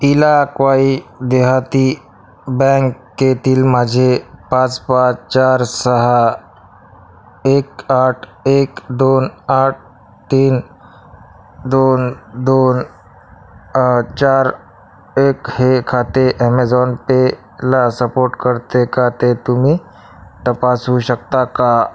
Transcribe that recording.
इलाअक्वाई देहाती बँकेतील माझे पाच पाच चार सहा एक आठ एक दोन आठ तीन दोन दोन चार एक हे खाते ॲमेझाॅन पेला सपोर्ट करते का ते तुम्ही तपासू शकता का